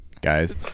guys